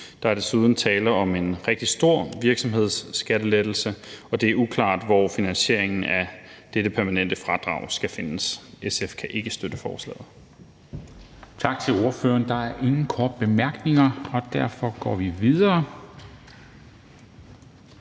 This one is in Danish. Der er desuden tale om en rigtig stor virksomhedsskattelettelse, og det er uklart, hvor finansieringen af dette permanente fradrag skal findes. SF kan ikke støtte forslaget.